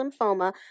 lymphoma